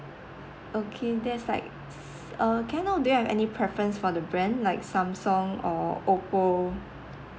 okay there's like uh can I know do you have any preference for the brand like samsung or oppo